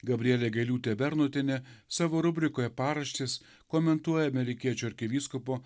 gabrielė gailiūtė bernotienė savo rubrikoje paraštės komentuoja amerikiečių arkivyskupo